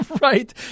Right